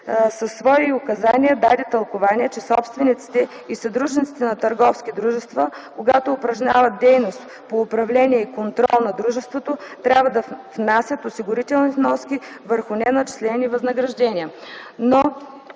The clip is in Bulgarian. със свои указания даде тълкуване, че собствениците и съдружниците в търговски дружества, когато упражняват дейност по управление и контрол на дружеството, трябва да внасят осигурителни вноски върху неначислени възнаграждения,